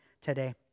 today